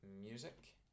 music